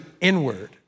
inward